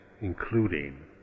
including